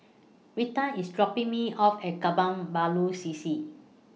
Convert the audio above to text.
Reatha IS dropping Me off At Kebun Baru C C